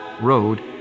Road